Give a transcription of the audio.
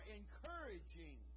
encouraging